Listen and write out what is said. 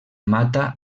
mata